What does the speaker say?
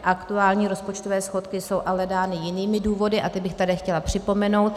Aktuální rozpočtové schodky jsou ale dány jinými důvody a ty bych tady chtěla připomenout.